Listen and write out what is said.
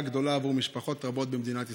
גדולה עבור משפחות רבות במדינת ישראל.